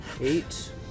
Eight